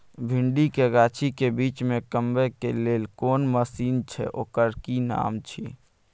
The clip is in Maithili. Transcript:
भिंडी के गाछी के बीच में कमबै के लेल कोन मसीन छै ओकर कि नाम छी?